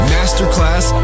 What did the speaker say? Masterclass